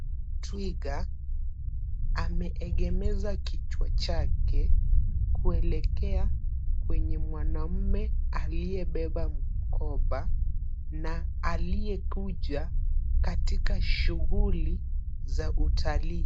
Twiga, ameegemeza kichwa chake, kuelekea kwenye mwanamme aliyebeba mkoba, na aliyekuja katika shughuli za utalii.